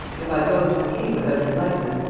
if i go to the king without her license,